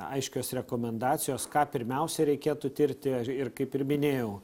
aiškios rekomendacijos ką pirmiausia reikėtų tirti ir ir kaip ir minėjau